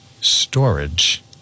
Storage